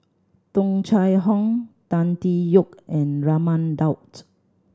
Tung Chye Hong Tan Tee Yoke and Raman Daud